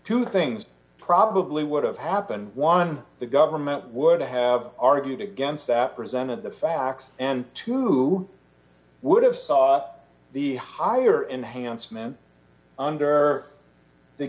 two things probably would have happened one the government would have argued against that presented the facts and two who would have sought the higher enhancement under the